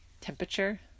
temperature